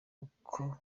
uko